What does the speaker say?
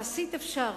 להסית אפשר,